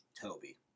Toby